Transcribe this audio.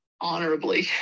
honorably